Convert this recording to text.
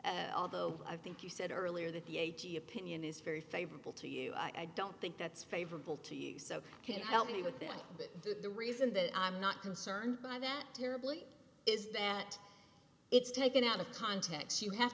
you although i think you said earlier that the ag opinion is very favorable to you i don't think that's favorable to you so i can't help you with that but the reason that i'm not concerned by that terribly is that it's taken out of context you have